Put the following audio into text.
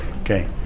okay